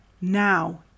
now